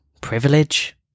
Privilege